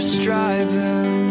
striving